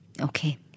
Okay